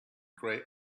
grey